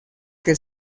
que